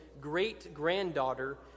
great-granddaughter